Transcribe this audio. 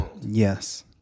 Yes